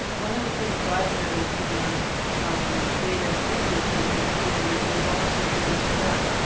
one of the things i've noticed in our data previously has been that we've also been stuck